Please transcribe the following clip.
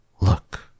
Look